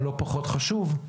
הלא פחות חשוב,